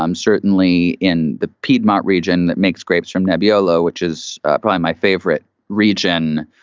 um certainly in the piedmont region, that makes grapes from nebbiolo, which is but my my favorite region.